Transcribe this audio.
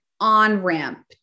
on-ramp